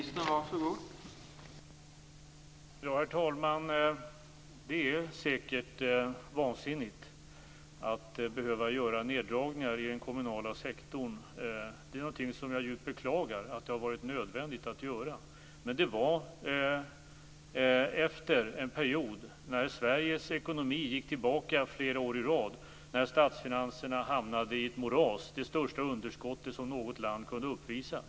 Herr talman! Det är säkert vansinnigt att behöva göra neddragningar i den kommunala sektorn. Jag beklagar djupt att det har varit nödvändigt att göra det. Det var dock efter en period då Sveriges ekonomi flera år i rad gick tillbaka och statsfinanserna hamnade i ett moras. Det var det största underskottet som något land kunde uppvisa.